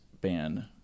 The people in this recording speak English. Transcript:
ban